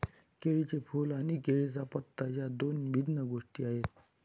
केळीचे फूल आणि केळीचा पत्ता या दोन भिन्न गोष्टी आहेत